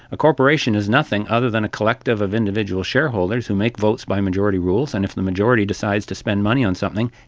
a corporation is nothing other than a collective of individual shareholders who make votes by majority rules, and if the majority decides to spend money on something,